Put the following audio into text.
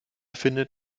findet